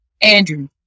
Andrew